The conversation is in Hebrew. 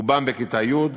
רובם בכיתה י'.